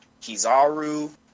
kizaru